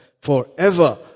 Forever